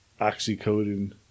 oxycodone